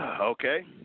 Okay